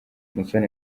musoni